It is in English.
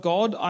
God